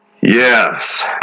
Yes